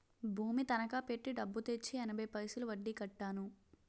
భూమి తనకా పెట్టి డబ్బు తెచ్చి ఎనభై పైసలు వడ్డీ కట్టాను